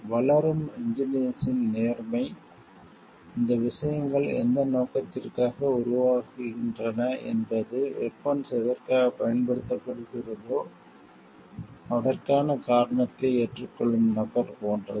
வளரும் இன்ஜினீயர்ஸ்ஸின் நேர்மை இந்த விஷயங்கள் எந்த நோக்கத்திற்காக உருவாகின்றன என்பது வெபன்ஸ் எதற்காகப் பயன்படுத்தப்படுகிறதோ அதற்கான காரணத்தை ஏற்றுக்கொள்ளும் நபர் போன்றது